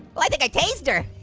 oh, i think i tased her.